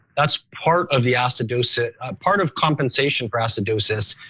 that's part of the acidosis. a part of compensation for acidosis.